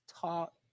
taught